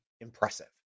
impressive